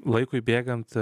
laikui bėgant